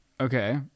Okay